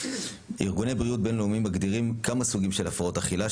ארגוני בריאות בין-לאומיים מגדירים כמה סוגים של הפרעות אכילה,